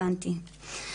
הבנתי.